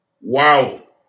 Wow